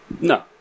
No